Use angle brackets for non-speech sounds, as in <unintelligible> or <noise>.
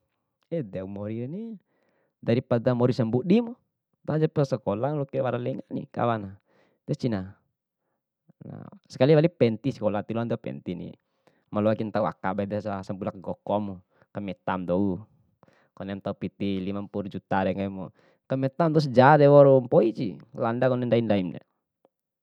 Edeku morikeni, dari pada mori sambudimu tahojapu lao sakola, wati wara <unintelligible> kawan des cina, <hesitation> sekali wali penti sakola wati loana da pentini, maloadim tau aka baiku da sampula sagokomu, kametaba dou, konemu ntau piti limampuru jutare nggahimu, kamentab dou sejare waura mpoisi landa kone ndain ndaine.